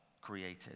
created